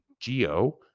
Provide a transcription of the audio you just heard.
geo